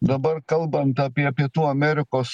dabar kalbant apie pietų amerikos